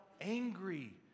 angry